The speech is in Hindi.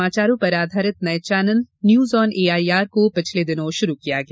समाचारों पर आधारित नए चैनल न्यूज ऑन एआईआर को पिछले दिनों शुरू किया गया